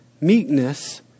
meekness